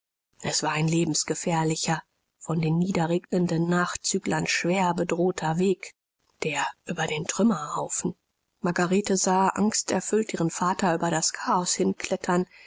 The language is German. es war ein lebensgefährlicher von den niederregnenden nachzüglern schwer bedrohter weg der über den trümmerhaufen margarete sah angsterfüllt ihren vater über das chaos hinklettern